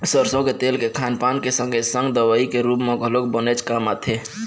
सरसो के तेल के खान पान के संगे संग दवई के रुप म घलोक बनेच काम आथे